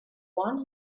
one